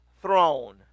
throne